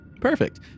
Perfect